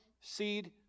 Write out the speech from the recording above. seed